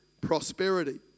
prosperity